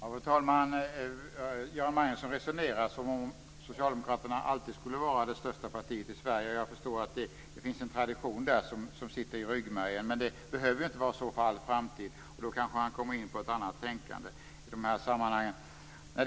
Fru talman! Göran Magnusson resonerar som om Socialdemokraterna alltid skulle vara det största partiet i Sverige, och jag förstår att det finns en tradition där som sitter i ryggmärgen. Men det behöver inte vara så för all framtid, och då kanske han kommer in på ett annat tänkande i de här sammanhangen.